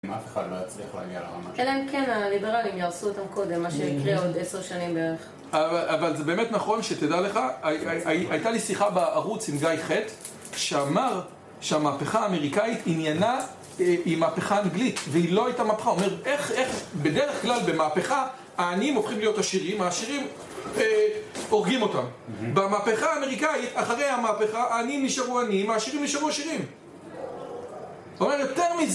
אם אף אחד לא יצליח להגיע לרמה שלו, אלא אם כן הליברלים יהרסו אותם קודם מה שיקרה עוד עשר שנים בערך אבל זה באמת נכון שתדע לך הייתה לי שיחה בערוץ עם גיא חט שאמר שהמהפכה האמריקאית עניינה היא מהפכה אנגלית והיא לא היתה מהפכה אומר, איך... בדרך כלל במהפכה העניים הופכים להיות עשירים והעשירים הורגים אותם, במהפכה האמריקאית אחרי המהפכה העניים נשארו עניים, העשירים נשארו עשירים, זאת אומרת יותר מזה